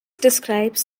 describes